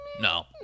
no